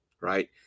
right